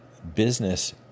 Business